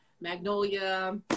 magnolia